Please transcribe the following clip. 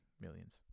millions